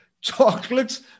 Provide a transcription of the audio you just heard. Chocolates